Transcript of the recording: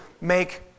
make